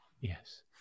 Yes